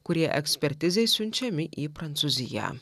kurie ekspertizei siunčiami į prancūziją